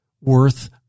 worth